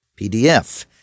PDF